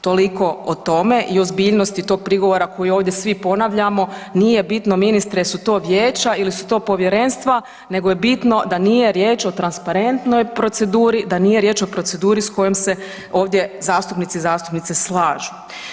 Toliko o tome i ozbiljnosti tog prigovora koji ovdje svi ponavljamo, nije bitno ministre jel su to vijeća ili su povjerenstva nego je bitno da nije riječ o transparentnoj proceduri, da nije riječ o proceduri s kojom se ovdje zastupnici i zastupnice slažu.